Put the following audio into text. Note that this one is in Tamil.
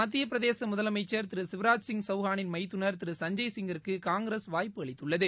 மத்திய பிரதேச முதலமைச்ச் திரு சிவராஜ் சிங் சௌஹளின் மைத்துனா் திரு சஞ்ஜய் சிங்கிற்கு காங்கிரஸ் வாய்ப்பு அளித்துள்ளது